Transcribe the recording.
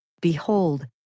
Behold